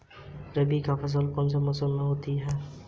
रबी की फसल कौन से मौसम में होती है?